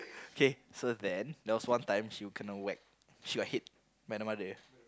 k so then there was one time she kena whack she got hit by the mother